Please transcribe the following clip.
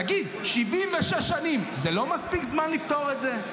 תגיד, 76 שנים זה לא מספיק זמן לפתור את זה?